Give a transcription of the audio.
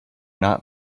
not